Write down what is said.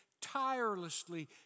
tirelessly